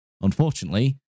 unfortunately